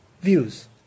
views